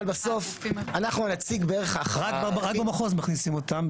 אבל בסוף אנחנו הנציג בערך ה --- רק במחוז מכניסים אותם,